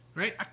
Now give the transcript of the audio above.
right